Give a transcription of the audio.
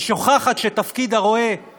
היא שוכחת שתפקיד הרועה הוא